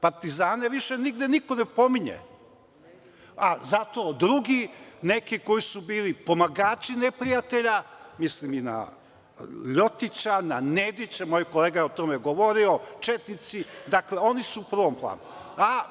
Partizane više nigde niko ne pominje, a zato drugi neki, koji su bili pomagači neprijatelja, mislim i na Ljotića i na Nedića, moj kolega je o tome govorio, četnici, dakle, oni su u prvom planu.